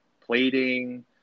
plating